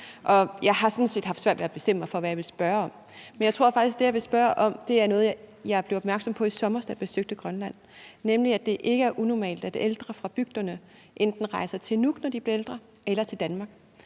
set haft svært ved at bestemme mig for, hvad jeg vil spørge om, men jeg tror faktisk, at det, jeg vil spørge om, er noget, jeg blev opmærksom på i sommer, da jeg besøgte Grønland, nemlig at det ikke er unormalt, at ældre fra bygderne enten rejser til Nuuk eller til Danmark,